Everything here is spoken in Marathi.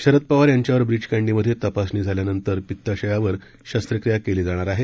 शरद पवार यांच्यावर ब्रीच कँडीमध्ये तपासणी झाल्यानंतर पित्ताशयावर शस्त्रक्रिया करण्यात येणार आहे